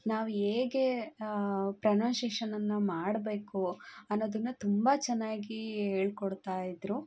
ನಾವು ಹೇಗೆ ಪ್ರೋನೋನ್ಸೇಷನನ್ನು ಮಾಡಬೇಕು ಅನ್ನೋದನ್ನು ತುಂಬ ಚೆನ್ನಾಗಿ ಹೇಳಿಕೊಡ್ತಾ ಇದ್ದರು